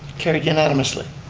carried unanimously.